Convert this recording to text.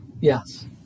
yes